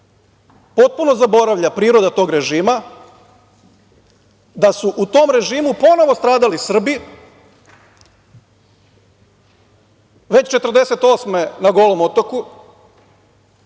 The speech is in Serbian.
potpuno zaboravlja priroda tog režima, da su u tom režimu ponovo stradali Srbi, već 1948. godine na Golom otoku,